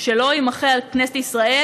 שלא יימחה על כנסת ישראל,